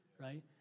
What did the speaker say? right